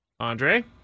Andre